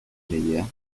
meyère